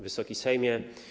Wysoki Sejmie!